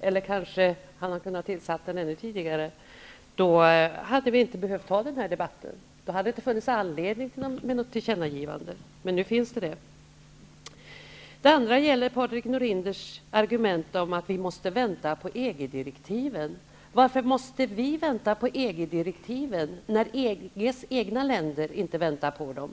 -- kanske hade den kunnat tillsättas ännu tidigare --, hade vi inte behövt ha den här debatten. Då hade det inte funnits skäl för något tillkännagivande, men nu finns det anledning att göra ett sådant. Vi måste vänta på EG-direktiven, säger Patrik Norinder. Varför måste vi vänta på EG-direktiven, när EG:s egna medlemmar inte väntar på dem?